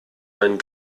mein